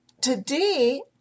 today